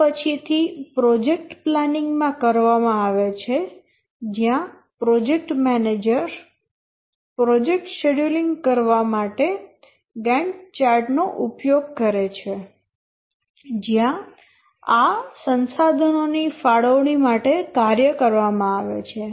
તે પછીથી project planning માં કરવામાં આવે છે જ્યાં પ્રોજેક્ટ મેનેજર પ્રોજેક્ટ શેડ્યુલીંગ કરવા માટે ગેન્ટ ચાર્ટ નો ઉપયોગ કરે છે જ્યાં આ સ્રોતો ની ફાળવણી માટે કાર્ય કરવામાં આવે છે